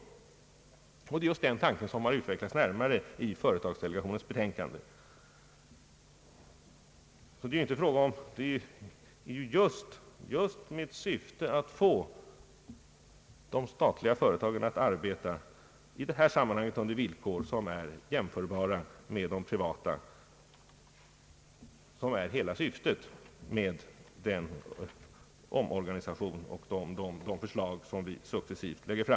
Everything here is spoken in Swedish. Det är just den tanken som har utvecklats närmare i företagsdelegationens betänkande. Syftet med den omorganisation som vi föreslår och de förslag som vi successivt lägger fram är således att få de statliga företagen att arbeta under villkor som är jämförbara med dem som gäller för privata företag.